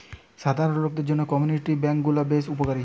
সাধারণ লোকদের জন্য কমিউনিটি বেঙ্ক গুলা বেশ উপকারী